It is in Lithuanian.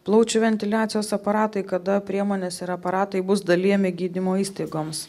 plaučių ventiliacijos aparatai kada priemonės ir aparatai bus dalijami gydymo įstaigoms